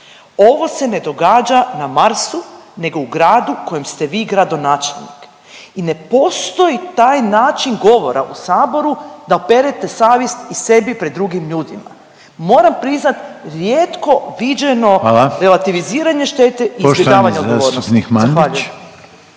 Ovo se ne događa na Marsu, nego u gradu kojem ste vi gradonačelnik. I ne postoji taj način govora u Saboru da operete savjest i sebi pred drugim ljudima. Moram priznati rijetko viđeno relativiziranje štete i izbjegavanje odgovornosti. Zahvaljujem.